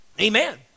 amen